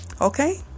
okay